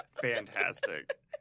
Fantastic